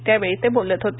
त्या वेळी ते बोलत होते